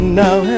now